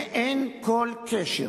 אין כל קשר